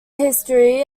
history